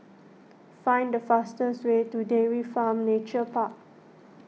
find the fastest way to Dairy Farm Nature Park